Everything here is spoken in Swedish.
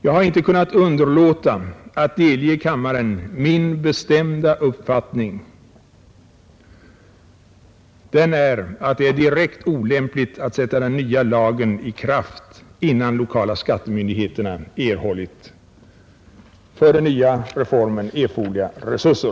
Jag har inte kunnat underlåta att delge kammaren min bestämda uppfattning att det är direkt olämpligt att sätta den nya lagen i kraft innan de lokala skattemyndigheterna erhållit för reformen erforderliga resurser.